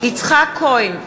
יצחק כהן,